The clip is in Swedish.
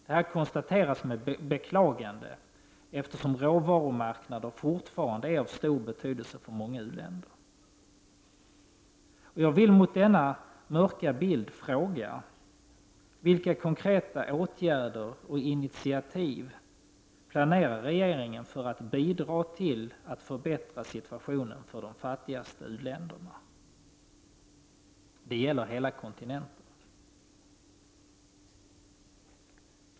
Detta konstateras med beklagande, eftersom råvarumarknader fortfarande är av stor betydelse för många u-länder. Jag vill mot bakgrund av denna mörka bild fråga: Vilka konkreta åtgärder och initiativ planerar regeringen för att bidra till att förbättra situationen för de fattigaste u-länderna? Det gäller hela kontinenter.